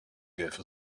gave